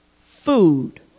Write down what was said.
food